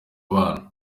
bana